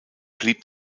blieb